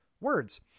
Words